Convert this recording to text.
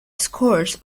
scores